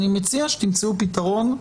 אני מציע שתמצאו פתרון.